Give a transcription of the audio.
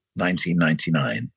1999